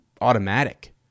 automatic